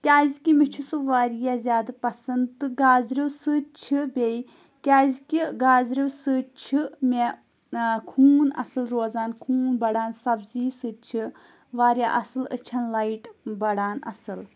کیٛازکہِ مےٚ چھُ سُہ واریاہ زیادٕ پَسنٛد تہٕ گازریو سۭتۍ چھِ بیٚیہِ کیٛازِکہِ گازریو سۭتۍ چھِ مےٚ خوٗن اَصٕل روزان خوٗن بَڑان سبزی سۭتۍ چھِ واریاہ اَصٕل أچھَن لایِٹ بَڑان اَصٕل